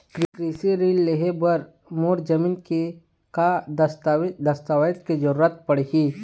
कृषि ऋण लेहे बर मोर जमीन के का दस्तावेज दस्तावेज के जरूरत पड़ही?